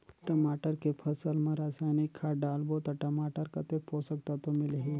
टमाटर के फसल मा रसायनिक खाद डालबो ता टमाटर कतेक पोषक तत्व मिलही?